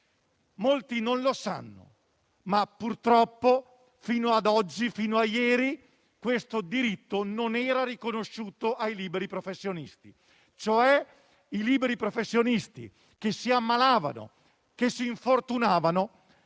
Molti non lo sanno, ma purtroppo, fino a ieri, questo diritto non era riconosciuto ai liberi professionisti. I liberi professionisti che si ammalavano o si infortunavano